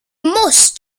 must